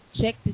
check